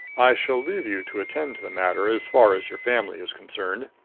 i shall leave you to attend to the matter, as far as your family is concerned.